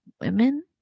women